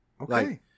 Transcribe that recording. Okay